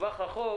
הטווח הרחוק